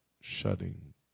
Shutting